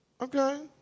okay